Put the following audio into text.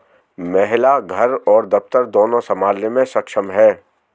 महिला घर और दफ्तर दोनो संभालने में सक्षम हैं